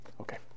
Okay